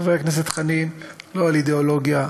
חבר הכנסת חנין, לא על אידיאולוגיה,